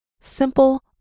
Simple